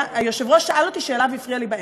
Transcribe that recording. היושב-ראש שאל אותי שאלה והפריע לי באמצע.